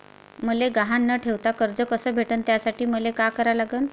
मले गहान न ठेवता कर्ज कस भेटन त्यासाठी मले का करा लागन?